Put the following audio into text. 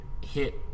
hit